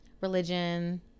religion